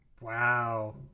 Wow